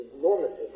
normative